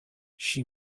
she